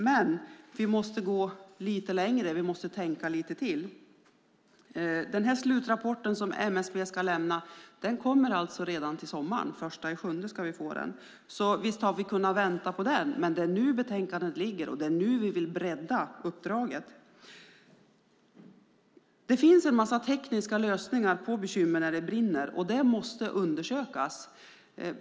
Men vi måste gå lite längre och tänka lite till. MSB:s slutrapport kommer redan till sommaren. Den 1 juli ska vi få den. Så visst hade vi kunnat vänta på den, men det är nu som vi behandlar betänkandet, och det är nu som vi vill bredda uppdraget. Det finns en massa tekniska lösningar på bekymmer när det brinner, och de måste undersökas.